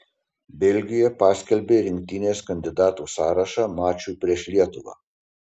belgija paskelbė rinktinės kandidatų sąrašą mačui prieš lietuvą